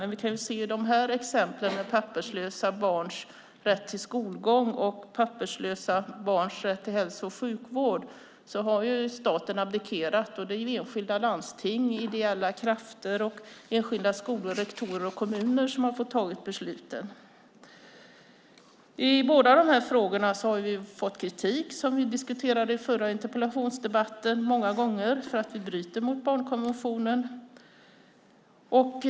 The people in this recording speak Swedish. Men vi kan se på exemplen med papperslösa barns rätt till skolgång och till hälso och sjukvård. Där har staten abdikerat. Det är enskilda landsting, ideella krafter, enskilda skolor, rektorer och kommuner som har fått fatta besluten. Som vi diskuterade i förra interpellationsdebatten har Sverige många gånger fått kritik i båda de här frågorna för att vi bryter mot barnkonventionen.